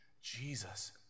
Jesus